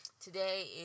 Today